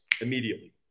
immediately